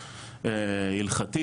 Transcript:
הלכתית,